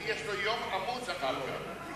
יש לו יום עמוס אחר כך.